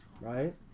right